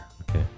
okay